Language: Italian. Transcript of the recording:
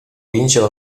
vincere